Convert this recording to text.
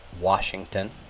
Washington